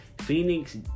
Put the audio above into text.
Phoenix